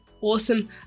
Awesome